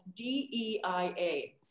DEIA